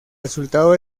resultado